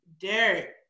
Derek